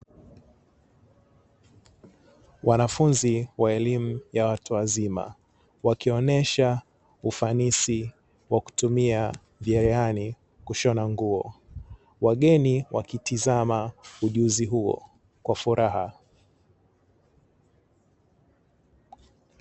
Wanafunzi wa elimu ya watu wazima wakionesha ufanisi wa kutumia vyereani kushona nguo, wageni wakitizama ujuzi huo kwa furaha.